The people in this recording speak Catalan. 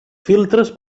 filtres